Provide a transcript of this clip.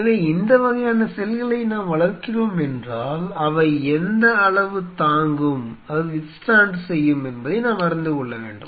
எனவே இந்த வகையான செல்களை நாம் வளர்க்கிறோம் என்றால் அவை எந்த அளவு தாங்கும் என்பதை நாம் அறிந்து கொள்ள வேண்டும்